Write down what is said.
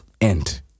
End